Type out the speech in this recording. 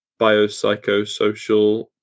biopsychosocial